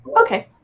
Okay